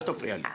אל תפריע לי.